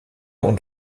und